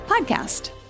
podcast